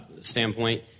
standpoint